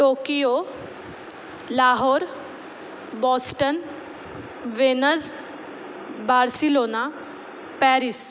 Tokyo Lahore Boston Venice Barcelona Paris